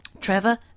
Trevor